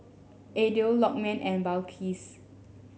Aidil Lokman and Balqis